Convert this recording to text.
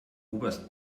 oberst